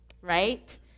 right